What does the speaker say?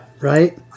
right